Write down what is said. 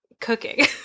cooking